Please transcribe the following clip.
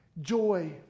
joy